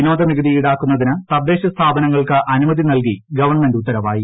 വിനോദ നികുതി ഈടാക്കുന്നതിന് തദ്ദേശ സ്ഥാപനങ്ങൾക്ക് അനുമതി നൽകി ഗവൺമെന്റ് ഉത്തരവായി